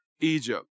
Egypt